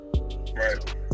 Right